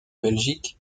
belgique